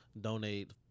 donate